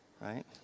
right